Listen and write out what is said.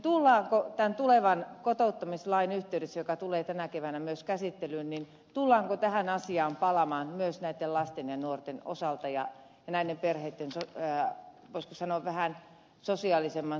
tullaanko tämän tulevan kotouttamislain yhteydessä joka tulee tänä keväänä myös käsittelyyn tähän asiaan palaamaan myös näitten lasten ja nuorten osalta ja näiden perheiden voisiko sanoa vähän sosiaalisemman sosiaaliturvan osalta